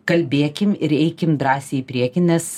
kalbėkim ir eikim drąsiai į priekį nes